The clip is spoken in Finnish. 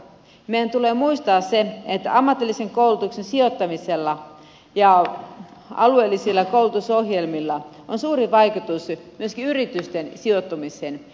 meidän tulee muistaa se että ammatillisen koulutuksen sijoittamisella ja alueellisilla koulutusohjelmilla on suuri vaikutus myöskin yritysten sijoittumiseen